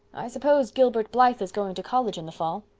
i suppose gilbert blythe is going to college in the fall,